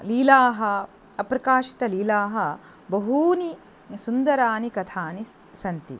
लीलाः अप्रकाशितलीलाः बहूनि सुन्दराणि कथानि सन्ति